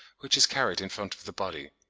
which is carried in front of the body.